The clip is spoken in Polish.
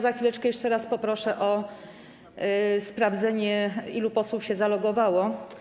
Za chwileczkę jeszcze raz poproszę o sprawdzenie, ilu posłów się zalogowało.